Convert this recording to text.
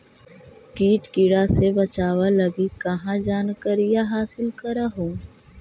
किट किड़ा से बचाब लगी कहा जानकारीया हासिल कर हू?